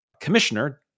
commissioner